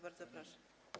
Bardzo proszę.